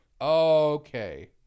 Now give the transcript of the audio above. Okay